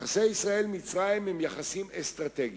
יחסי ישראל-מצרים הם יחסים אסטרטגיים.